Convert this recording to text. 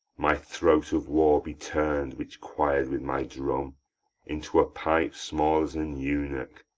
my throat of war be turn'd, which quired with my drum, into a pipe small as an eunuch,